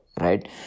right